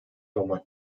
olmak